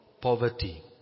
Poverty